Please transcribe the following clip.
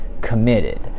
committed